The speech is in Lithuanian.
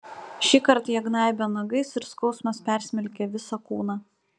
šįkart jie gnaibė nagais ir skausmas persmelkė visą kūną